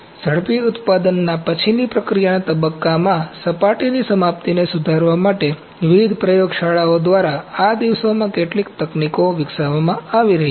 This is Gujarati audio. તેથી ઝડપી ઉત્પાદનના પછીની પ્રક્રિયાના તબક્કામાં સપાટીની સમાપ્તિને સુધારવા માટે વિવિધ પ્રયોગશાળાઓ દ્વારા આ દિવસોમાં કેટલીક તકનીકો વિકસાવવામાં આવી રહી છે